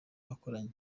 bakoranye